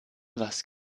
was